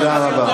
תודה רבה.